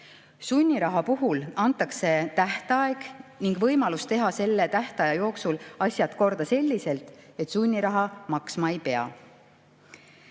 Sunniraha puhul antakse tähtaeg ning võimalus teha selle tähtaja jooksul asjad korda selliselt, et sunniraha maksma ei pea.